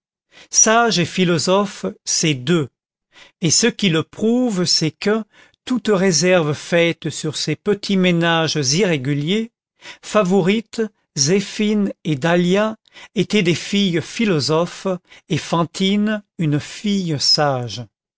sage et philosophe c'est deux et ce qui le prouve c'est que toutes réserves faites sur ces petits ménages irréguliers favourite zéphine et dahlia étaient des filles philosophes et fantine une fille sage